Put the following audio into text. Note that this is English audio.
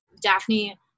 Daphne